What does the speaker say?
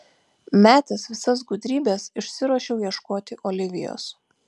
metęs visas gudrybes išsiruošiau ieškoti olivijos